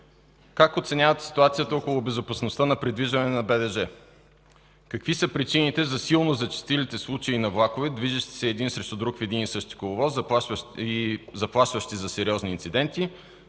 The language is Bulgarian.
Как оценявате ситуацията около безопасността на придвижване с БДЖ? Какви са причините за силно зачестилите случаи на влакове, движещи се един срещу друг в един и същи коловоз, заплашващи със сериозни инциденти?